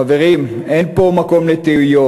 חברים, אין פה מקום לתהיות.